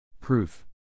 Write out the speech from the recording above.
Proof